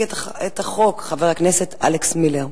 יציג את הצעת החוק חבר הכנסת אלכס מילר.